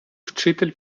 вчитель